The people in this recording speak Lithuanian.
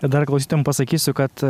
dar klausytojam pasakysiu kad